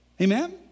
Amen